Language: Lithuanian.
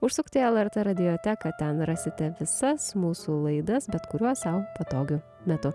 užsukti į lrt radioteką ten rasite visas mūsų laidas bet kuriuo sau patogiu metu